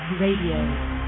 Radio